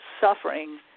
suffering